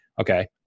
Okay